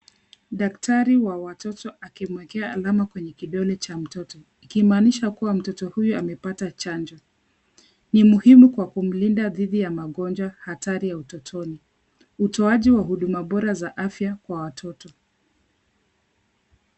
Daktari wa watoto akimwekea alama kwenye kidole cha mtoto, ikimaanisha kuwa mtoto huyo amepata chanjo. Ni muhimu kwa kumlinda dhidi ya magonjwa hatari ya utotoni. Utoaji wa huduma bora za afya kwa watoto.